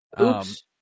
Oops